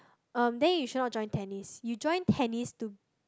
um then you should not join tennis you join tennis to